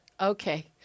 Okay